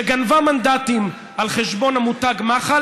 שגנבה מנדטים על חשבון המותג מח"ל,